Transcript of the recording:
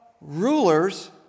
rulers